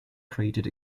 created